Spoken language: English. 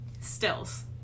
stills